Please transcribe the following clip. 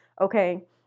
Okay